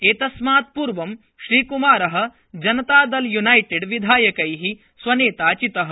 एतस्मात् पूर्व श्रीक्मारः जनतादलयूनाइटेड्विधायकैः स्वनेता चितः